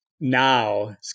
now